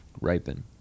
ripen